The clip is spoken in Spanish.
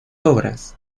obras